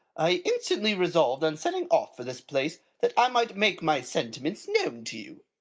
i instantly resolved on setting off for this place that i might make my sentiments known to you.